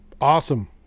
awesome